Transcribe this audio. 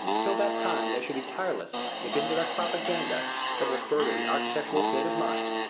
till that time there should be tireless if indirect propaganda that will further the architectural state of mind,